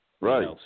Right